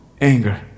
anger